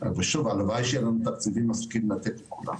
ושוב הלוואי ויהיו לנו מספיק תקציבים לתת לכולם,